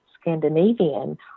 Scandinavian